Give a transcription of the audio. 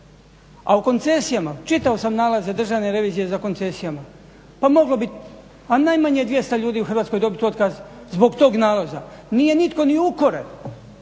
A u koncesijama, čitao sam nalaze Državne revizije za koncesijama, pa moglo bi, a najmanje 200 ljudi u Hrvatskoj ljudi dobiti otkaz zbog tog nalaza. Nije nitko ni ukoren,